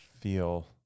feel